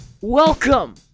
Welcome